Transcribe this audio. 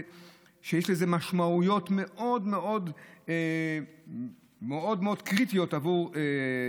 שיש לו משמעויות מאוד מאוד קריטיות עבורם?